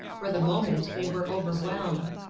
for the moment, they were overwhelmed.